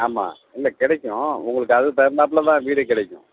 ஆமாம் இல்லை கிடைக்கும் உங்களுக்கு அதுக்கு தகுந்தாப்போல தான் வீடு கிடைக்கும்